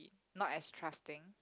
not as trusting